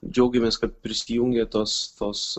džiaugiamės kad prisijungė tos tos